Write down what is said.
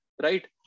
Right